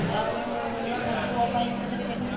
ଆଉ ମୋ ପୁଅ ପାଇଁ ଗୋଟେ ଦେଖାଇଲ